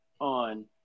on